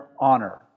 honor